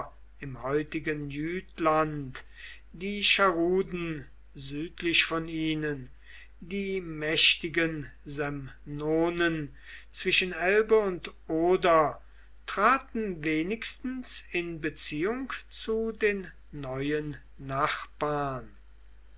im heutigen jütland die charuden südlich von ihnen die mächtigen semnonen zwischen elbe und oder traten wenigstens in beziehung zu den neuen nachbarn